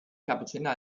cappuccino